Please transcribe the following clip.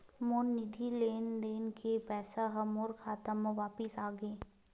मोर निधि लेन देन के पैसा हा मोर खाता मा वापिस आ गे